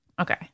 Okay